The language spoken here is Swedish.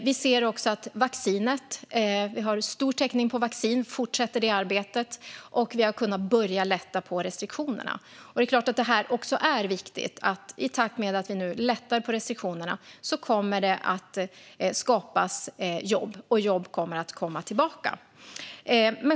Vi ser att vi har stor täckning när det gäller vaccin. Vi fortsätter det arbetet, och vi har kunnat börja lätta på restriktionerna. Det är klart att det här är viktigt; i takt med att vi nu lättar på restriktioner kommer det att skapas jobb, och jobb kommer att komma tillbaka.